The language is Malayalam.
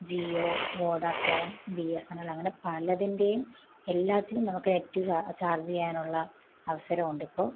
Jio Vodafone B S N L അങ്ങനെ പലതിൻറ്റെയും എല്ലാത്തിനും നമുക്ക് നെറ്റ് ചാ ചാർജ് ചെയ്യാനുള്ള അവസരമുണ്ടിപ്പോൾ